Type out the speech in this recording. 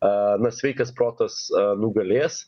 a na sveikas protas nugalės